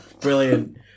Brilliant